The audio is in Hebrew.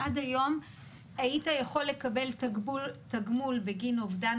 עד היום היית יכול לקבל תגמול בגין אובדן